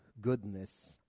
goodness